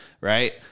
right